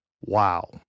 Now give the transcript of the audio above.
Wow